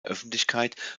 öffentlichkeit